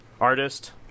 artist